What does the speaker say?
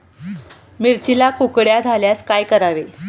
मिरचीला कुकड्या झाल्यास काय करावे?